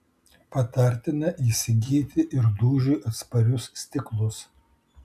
patartina įsigyti ir dūžiui atsparius stiklus